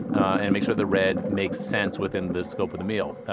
and make sure the red makes sense within the scope of the meal.